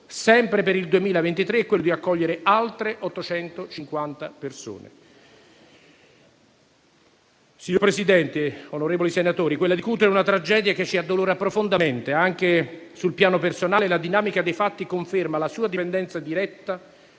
sempre per il 2023, è quello di accogliere altre 850 persone. Signor Presidente, onorevoli senatori, quella di Cutro è una tragedia che ci addolora profondamente, anche sul piano personale, e la dinamica dei fatti conferma la sua dipendenza diretta